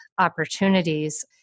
opportunities